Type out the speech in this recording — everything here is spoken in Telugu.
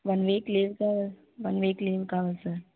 వన్ వీక్ లీవ్ కావ వన్ వీక్ లీవ్ కావాలి సార్